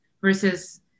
versus